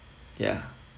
ya